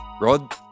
Rod